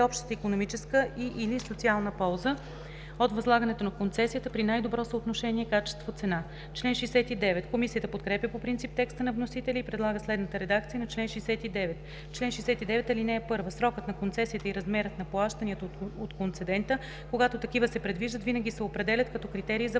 общата икономическа и/или социална полза от възлагането на концесията при най-добро съотношение „качество-цена“.“ Комисията подкрепя по принцип текста на вносителя и предлага следната редакция на чл. 69: „Чл. 69. (1) Срокът на концесията и размерът на плащанията от концедента, когато такива се предвиждат, винаги се определят като критерии за